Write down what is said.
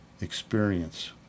experience